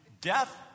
death